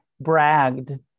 bragged